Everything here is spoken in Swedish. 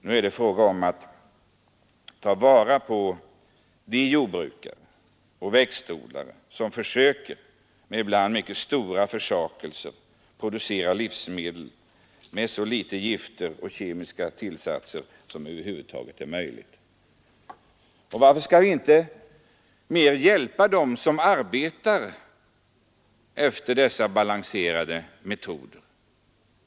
Nu är det fråga om att ta vara på de jordbrukare och växtodlare som försöker — ibland med mycket stora försakelser — producera livsmedel med hjälp av så litet av gift och kemiska tillsatser som det över huvud taget är möjligt. Varför skall vi inte mer hjälpa dem som arbetar med dessa balanserade metoder?